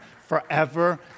forever